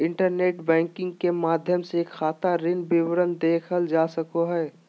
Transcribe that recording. internet banking के माध्यम से खाता ऋण विवरण देखल जा सको हइ